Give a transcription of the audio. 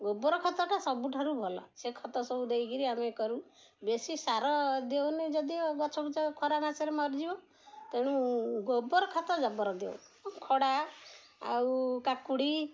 ଗୋବର ଖତଟା ସବୁଠାରୁ ଭଲ ସେ ଖତ ସବୁ ଦେଇକିରି ଆମେ କରୁ ବେଶୀ ସାର ଦେଉନି ଯଦିଓ ଗଛ ଗୁଛା ଖରା ମାସରେ ମରିଯିବ ତେଣୁ ଗୋବର ଖତ ଜବର ଦେଉ ଖଡ଼ା ଆଉ କାକୁଡ଼ି